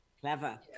Clever